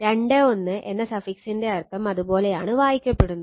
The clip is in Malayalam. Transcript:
2 1 എന്ന സഫിക്സിന്റെ അർത്ഥം അതുപോലെയാണ് വായിക്കപ്പെടുന്നത്